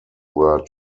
were